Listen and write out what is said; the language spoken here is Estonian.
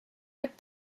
ott